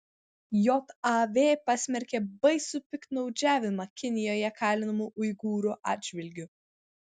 jav pasmerkė baisų piktnaudžiavimą kinijoje kalinamų uigūrų atžvilgiu